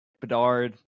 Bedard